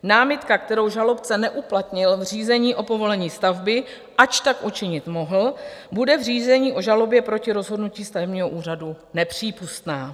Námitka, kterou žalobce neuplatnil v řízení o povolení stavby, ač tak učinit mohl, bude v řízení o žalobě proti rozhodnutí stavebního úřadu nepřípustná.